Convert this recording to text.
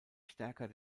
stärker